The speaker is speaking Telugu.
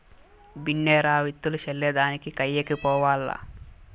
బిన్నే రా, విత్తులు చల్లే దానికి కయ్యకి పోవాల్ల